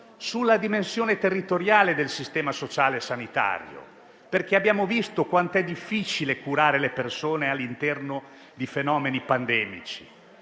sulla dimensione territoriale del sistema sociale e sanitario. Abbiamo visto, infatti, quanto sia difficile curare le persone all'interno di fenomeni pandemici